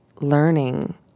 learning